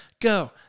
go